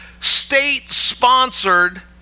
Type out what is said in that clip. state-sponsored